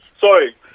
Sorry